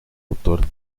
autor